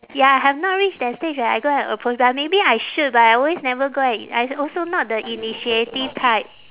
ya I have not reach that stage where I go and approach but maybe I should but I always never go and i~ I also not the initiative type